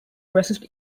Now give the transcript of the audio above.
resist